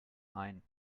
ein